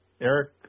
Eric